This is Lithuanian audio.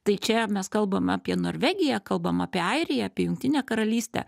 tai čia mes kalbam apie norvegiją kalbam apie airiją apie jungtinę karalystę